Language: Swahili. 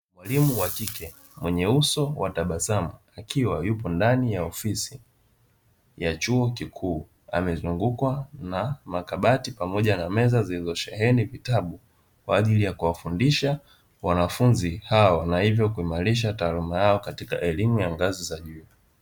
Mwalimu wa kike mwenye uso wa tabasamu akiwa yupo ndani ya ofisi ya chuo kikuu, amezungukwa na makabati pamoja na meza zilizosheheni vitabu kwa ajili ya kuwafundisha wanafunzi hawa na hivyo kuimarisha taaluma yao katika elimu ya ngazi za juu.